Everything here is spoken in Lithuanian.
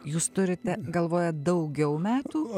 jūs turite galvoje daugiau metų